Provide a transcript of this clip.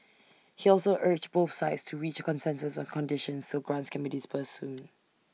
he also urged both sides to reach A consensus on conditions so grants can be disbursed soon